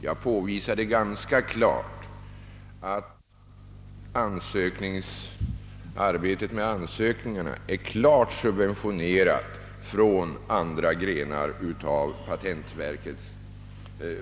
Jag påvisade ganska tydligt att arbetet: med ansökningarna är klart subventionerat från andra. delar av patentverkets.